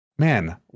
Man